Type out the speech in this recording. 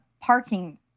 parking